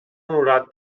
honorat